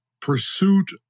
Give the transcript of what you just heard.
pursuit